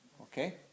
Okay